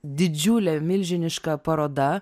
didžiulė milžiniška paroda